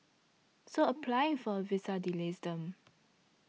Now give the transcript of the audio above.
so applying for a visa delays them